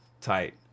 tight